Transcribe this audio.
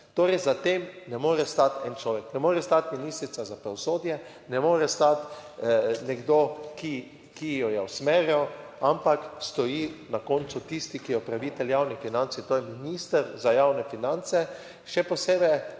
Torej za tem ne more stati en človek. Ne more stati ministrica za pravosodje, ne more stati nekdo, ki jo je usmeril, ampak stoji na koncu tisti, ki je upravitelj javnih financ in to je minister za javne finance. Še posebej,